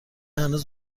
هنوز